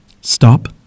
Stop